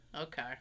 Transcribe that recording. okay